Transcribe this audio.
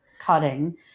cutting